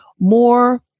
more